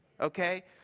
okay